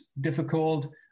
difficult